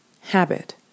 habit